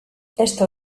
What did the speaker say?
esto